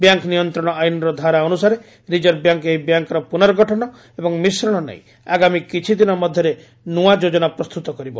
bank ନିୟନ୍ତ୍ରଣ ଆଇନ୍ର ଧାରା ଅନୁସାରେ ରିଜର୍ଭ ବ୍ୟାଙ୍କ୍ ଏହି ବ୍ୟାଙ୍କ୍ର ପୁନର୍ଗଠନ ଏବଂ ମିଶ୍ରଣ ନେଇ ଆଗାମୀ କିଛି ଦିନ ମଧ୍ୟରେ ନୂଆ ଯୋଜନା ପ୍ରସ୍ତୁତ କରିବ